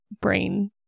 brain